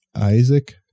Isaac